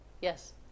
yes